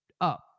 up